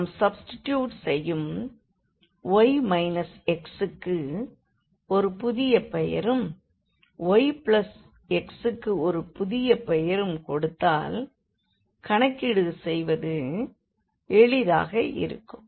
நாம் சப்ஸ்டிடியூட் செய்யும் y xக்கு ஒரு புதிய பெயரும் y xக்கு ஒரு புதிய பெயரும் கொடுத்தால் கணக்கீடு செய்வது எளிதாக இருக்கும்